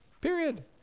period